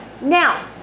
now